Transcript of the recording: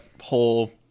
whole